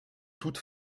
toute